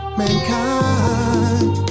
mankind